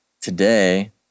Today